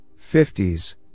50s